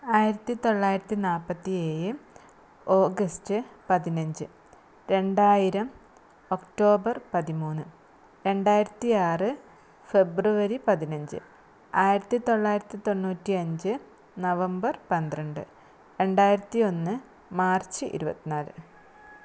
ആയിരത്തിത്തൊള്ളായിരത്തി നാല്പത്തിയേഴ് ഓഗസ്റ്റ് പതിനഞ്ച് രണ്ടായിരം ഒക്ടോബര് പതിമൂന്ന് രണ്ടായിരത്തിയാറ് ഫെബ്രുവരി പതിനഞ്ച് ആയിരത്തിത്തൊള്ളായിരത്തിത്തൊണ്ണൂറ്റിയഞ്ച് നവമ്പര് പന്ത്രണ്ട് രണ്ടായിരത്തി ഒന്ന് മാര്ച്ച് ഇരുപത്തിനാല്